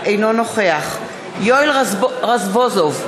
אינו נוכח יואל רזבוזוב,